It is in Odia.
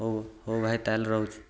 ହଉ ହଉ ଭାଇ ତା'ହେଲେ ରହୁଛି